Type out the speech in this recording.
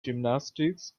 gymnastics